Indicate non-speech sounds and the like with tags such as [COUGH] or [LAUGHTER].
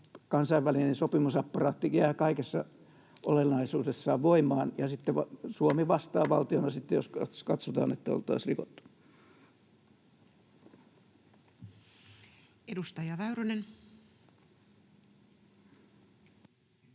kansainvälinen sopimusapparaattikin jää kaikessa olennaisuudessaan voimaan, [NOISE] ja Suomi vastaa valtiona sitten, jos katsotaan, että oltaisiin rikottu sitä. Edustaja Väyrynen.